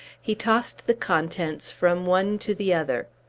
he tossed the contents from one to the other.